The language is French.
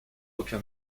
aucun